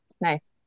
nice